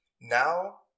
now